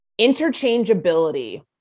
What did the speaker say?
interchangeability